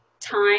time